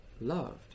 loved